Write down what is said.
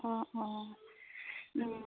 অঁ অঁ